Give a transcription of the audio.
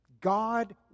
God